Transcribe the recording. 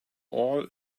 all